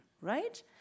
right